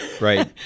right